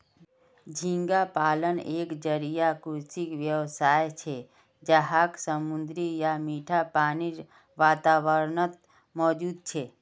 झींगा पालन एक जलीय कृषि व्यवसाय छे जहाक समुद्री या मीठा पानीर वातावरणत मौजूद छे